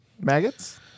Maggots